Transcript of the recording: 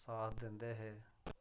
साथ दिंदे हे